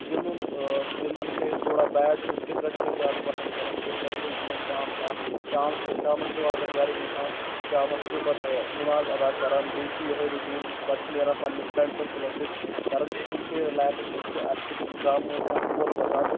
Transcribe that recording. گنٛدُن گِنٛدان چھِ أسۍ تھوڑا بیٹ چھُس سُہ کِرکَٹ چھِ أسۍ زیادٕ پَسنٛد کَرَان کِرکَٹ چھِ أسۍ گِنٛدَان شام تانۍ شام چھُ شامَس چھُ واتان گرٕ اِنسان شامَس چھُ پَتہٕ نِماز ادا کَران بیٚیہِ چھُ یِہوے رُٹیٖن پَتہٕ چھِ نیران پَننِس فرٛینٛڈ سٔرکٕلَس سۭتۍ کران چھِ کُنہِ جایہِ رِلیکٕس أسۍ چھِ اَسہِ چھُ گامہٕ منٛز اکھ کۄل وَسان